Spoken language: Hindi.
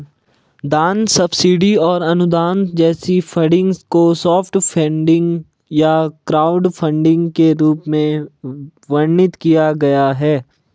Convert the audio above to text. दान सब्सिडी और अनुदान जैसे फंडिंग को सॉफ्ट फंडिंग या क्राउडफंडिंग के रूप में वर्णित किया गया है